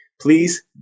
please